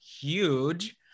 huge